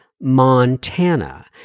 Montana